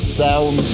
sound